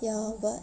ya but